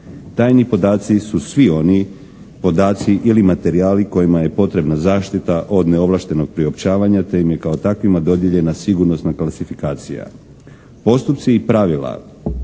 Tajni podaci su svi oni podaci ili materijali kojima je potrebna zaštita od neovlaštenog priopćavanja te im je kao takvima dodijeljena sigurnosna klasifikacija. Postupci i pravila